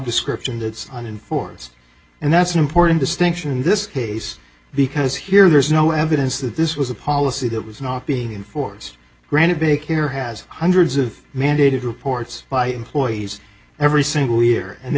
description that's uninformed and that's an important distinction in this case because here there is no evidence that this was a policy that was not being enforced granite bay care has hundreds of mandated reports by employees every single year and there